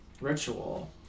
ritual